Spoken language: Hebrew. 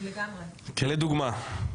לדוגמה.